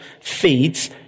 feeds